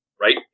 right